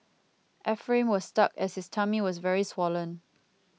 Ephraim was stuck as his tummy was very swollen